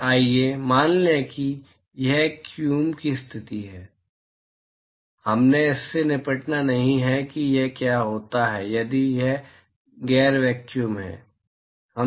और आइए मान लें कि यह क्यूम की स्थिति है हमने इससे निपटा नहीं है कि क्या होता है यदि यह गैर वैक्यूम है